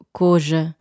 coja